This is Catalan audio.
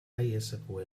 mysql